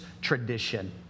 tradition